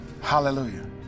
Hallelujah